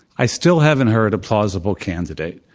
i still haven't heard a plausible candidate.